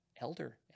elder